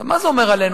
מה זה אומר עלינו?